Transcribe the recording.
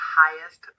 highest